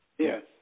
Yes